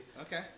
okay